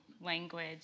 language